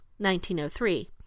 1903